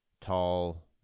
tall